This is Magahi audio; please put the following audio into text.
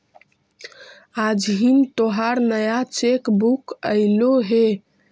आज हिन् तोहार नया चेक बुक अयीलो हे